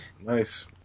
nice